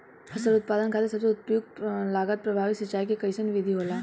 फसल उत्पादन खातिर सबसे उपयुक्त लागत प्रभावी सिंचाई के कइसन विधि होला?